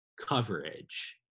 coverage